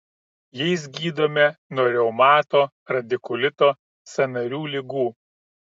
jais gydome nuo reumato radikulito sąnarių ligų